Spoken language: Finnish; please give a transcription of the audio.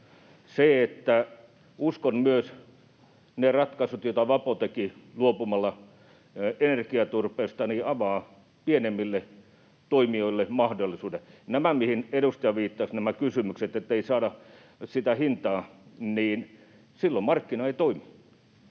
myös, että ne ratkaisut, joita Vapo teki luopumalla energiaturpeesta, avaavat pienemmille toimijoille mahdollisuuden. Nämä kysymykset, mihin edustaja viittasi, ettei saada sitä hintaa — silloin markkina ei toimi.